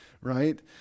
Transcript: right